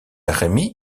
remy